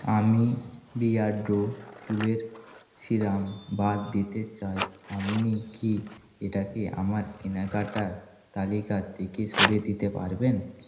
আমি বিয়ার্ডো চুলের সিরাম বাদ দিতে চাই আপনি কি এটাকে আমার কেনাকাটার তালিকা থেকে সরিয়ে দিতে পারবেন